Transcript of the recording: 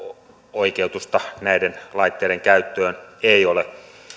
oikeutusta näiden laitteiden käyttöön ei ole